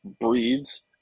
breeds